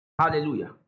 Hallelujah